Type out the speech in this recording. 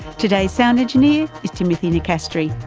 today's sound engineer is timothy nicastri.